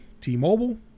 T-Mobile